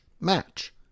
match